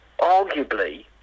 arguably